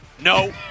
No